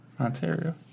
Ontario